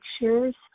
pictures